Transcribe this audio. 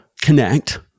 connect